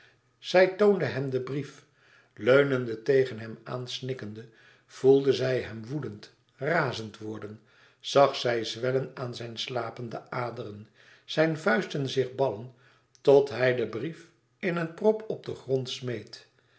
zij toonde hem den brief leunende tegen hem aan snikkende voelde zij hem woedend razend worden zag zij zwellen aan zijn slapen de aderen zijn vuisten zich ballen tot hij den brief in een prop op den grond smeet